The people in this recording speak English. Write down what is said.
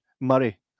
Murray